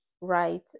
right